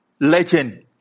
legend